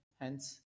hence